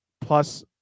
plus